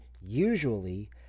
usually